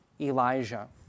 Elijah